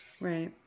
Right